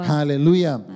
Hallelujah